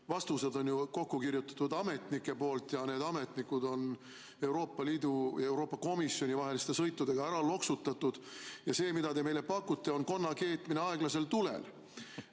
vastused on kokku kirjutatud ametnike poolt ning need ametnikud on Euroopa Liidu ja Euroopa Komisjoni vaheliste sõitudega ära loksutatud. See, mida te meile pakute, on konna keetmine aeglasel tulel